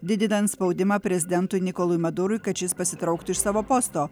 didinant spaudimą prezidentui nikolui madurui kad šis pasitrauktų iš savo posto